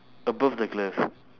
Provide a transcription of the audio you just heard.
above the glove